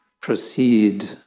proceed